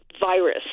virus